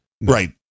Right